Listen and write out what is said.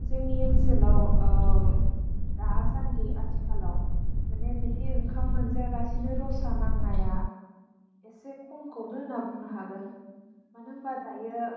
जोंनि ओनसोलाव ओह दासान्दि आथिखालाव मानि बिदि ओंखाम मोनजायालासिनो रसा नांनाया एसे खमखौनो होनना बुंनो हागोन मानो होनबा दायो